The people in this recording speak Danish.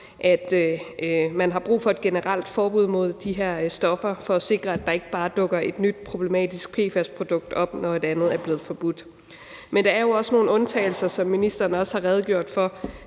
at man har brug for et generelt forbud mod de her stoffer for at sikre, at der ikke bare dukker et nyt problematisk PFAS-produkt op, når et andet er blevet forbudt. Men der er jo også nogle undtagelser, som ministeren også har redegjort for,